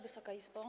Wysoka Izbo!